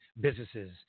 businesses